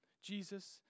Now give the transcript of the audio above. Jesus